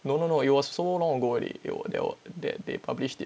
no no no it was so long ago already they were they were that they published it